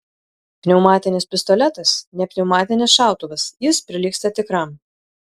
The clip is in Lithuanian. pneumatinis pistoletas ne pneumatinis šautuvas jis prilygsta tikram